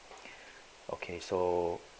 okay so